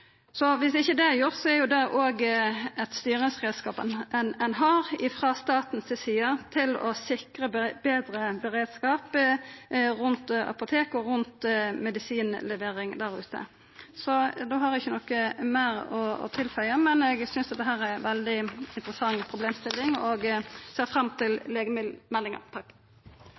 Så om dette ikkje er gjort, er det òg ein styringsreiskap ein har frå statens side til å sikra betre beredskap rundt apotek og medisinlevering der ute. Då har eg ikkje noko meir å føya til, men eg synest dette er ei veldig interessant problemstilling og ser fram til